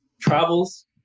travels